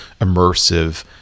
immersive